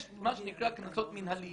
יש מה שנקרא קנסות מנהליים.